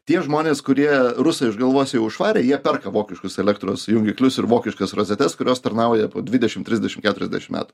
tie žmonės kurie rusą iš galvos jau išvarė jie perka vokiškus elektros jungiklius ir vokiškas rozetes kurios tarnauja po dvidešim trisdešim keturiasdešim metų